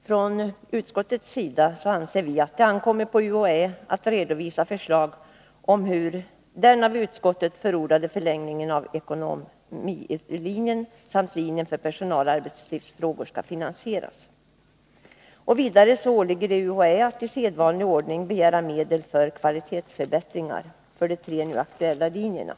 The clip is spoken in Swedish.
Från utskottets sida anser vi att det bör ankomma på UHÄ att redovisa förslag om hur den av utskottet förordade förlängningen av ekonomlinjen samt linjen för personaloch arbetslivsfrågor skall finansieras. Vidare åligger det UHÄ att i sedvanlig ordning begära medel för kvalitetsförbättringar på de tre aktuella linjerna.